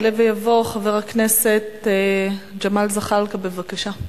יעלה ויבוא חבר הכנסת ג'מאל זחאלקה, בבקשה.